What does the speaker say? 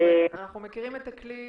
אנחנו מכירים את הכלי,